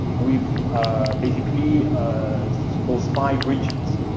we've basically those five regions.